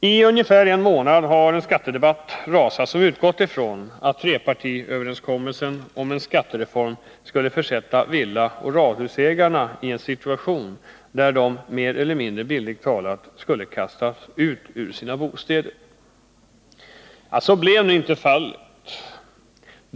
I ungefär en månad har en skattedebatt rasat som utgått ifrån att trepartiöverenskommelsen om en skattereform skulle försätta villaoch radhusägarna i en situation där de, mer eller mindre bildligt talat, skulle kastas ut ur sina bostäder. Så är, eller blev, nu inte fallet.